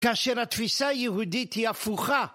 כאשר התפיסה היהודית היא הפוכה.